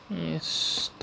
yes stop